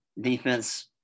defense